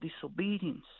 disobedience